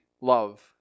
love